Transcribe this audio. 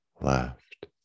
left